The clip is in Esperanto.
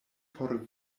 por